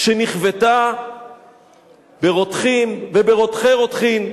שנכוותה ברותחין וברותחי רותחין